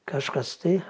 kažkas tai